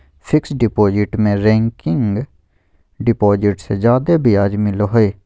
fixed deposit में recurring deposit से जादे ब्याज मिलो हय